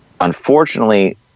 Unfortunately